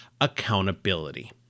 accountability